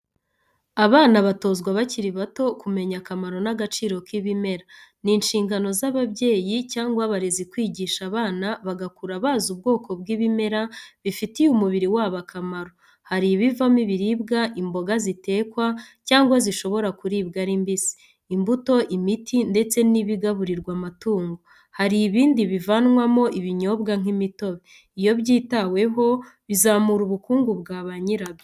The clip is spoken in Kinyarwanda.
Abana batozwa bakiri bato kumenya akamaro n'agaciro k'ibimera. Ni inshingano z'ababyeyi cyangwa abarezi kwigisha abana bagakura bazi ubwoko bw'ibimera bifitiye umubiri wabo akamaro. Hari ibivamo ibiribwa, imboga zitekwa cyangwa zishobora kuribwa ari mbisi, imbuto, imiti ndetse n'ibigaburirwa amatungo. Hari ibindi bivanwamo ibinyobwa, nk'imitobe. Iyo byitaweho bizamura ubukungu bwa banyirabyo.